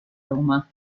roma